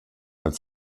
als